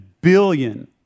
billion